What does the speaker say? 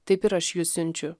taip ir aš jus siunčiu